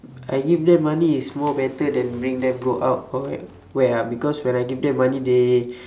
I give them money is more better than bring them go out why ah because when I give them they